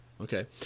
Okay